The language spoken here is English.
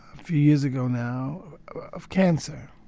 few years ago now of cancer.